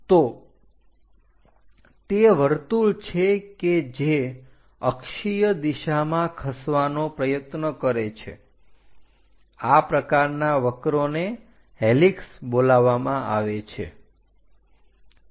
તો તે વર્તુળ છે કે જે અક્ષીય દિશામાં ખસવાનો પ્રયત્ન કરે છે આ પ્રકારના વક્રોને હેલિક્સ બોલાવવામાં આવે છે